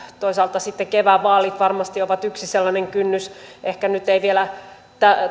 toisaalta sitten kevään vaalit varmasti ovat yksi sellainen kynnys ehkä nyt ei vielä